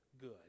good